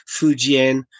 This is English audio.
Fujian